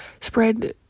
spread